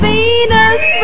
Venus